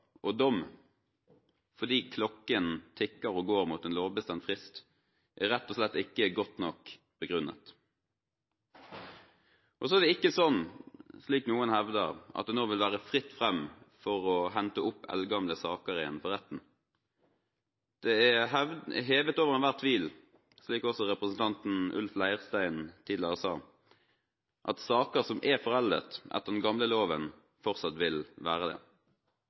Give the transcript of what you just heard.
og dom fordi klokken tikker og går mot en lovbestemt frist, er rett og slett ikke godt nok begrunnet. Så er det ikke slik, som noen hevder, at det nå vil være fritt fram for å hente opp igjen eldgamle saker for retten. Det er hevet over enhver tvil, slik også representanten Ulf Leirstein tidligere sa, at saker som er foreldet etter den gamle loven, fortsatt vil være